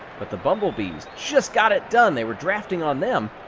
but the bumblebees just got it done. they were drafting on them.